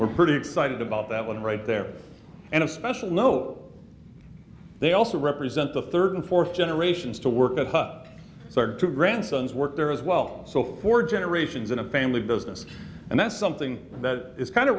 we're pretty excited about that one right there and especially know they also represent the third and fourth generations to work at the two grandsons work there as well so for generations in a family business and that's something that is kind